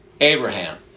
Abraham